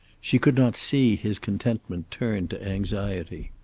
she could not see his contentment turned to anxiety.